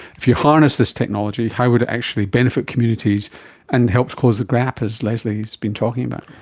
if you harness this technology, how would it actually benefit communities and help to close the gap, as lesley has been talking about?